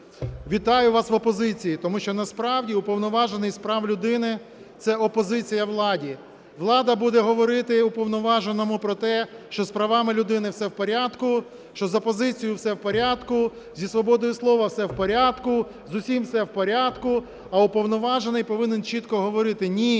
Вітаю вас в опозиції! Тому що насправді Уповноважений з прав людини – це опозиція владі. Влада буде говорити Уповноваженому про те, що з правами людини все в порядку, що з опозицією все в порядку, зі свободою слова все в порядку, з усім все в порядку. А Уповноважений повинен чітко говорити, ні,